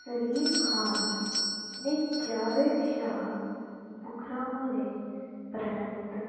सलीम खान ने जावेद शा बक्खरा होने परैंत्त